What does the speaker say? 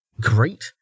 Great